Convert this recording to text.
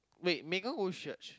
wait Megan go church